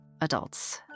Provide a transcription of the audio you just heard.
Adults